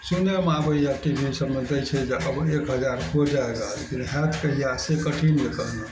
सुनयमे आबइए T V सबमे दै छै जे अब एक हजार हो जाएगा लेकिन हैत कहिआ से कहियो नहि कहलहुँ